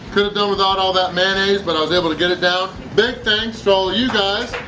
could've done without all that mayonnaise, but i was able to get it down, big thanks to all you guys